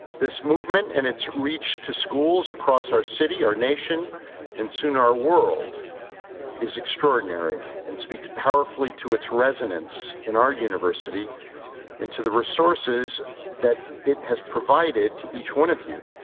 this movement and it's reach to schools across our city, our nation and soon, our world is extraordinary and speaks powerfully to it's resonance in our university and to the resources that it has provided to each one of you,